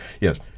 yes